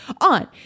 on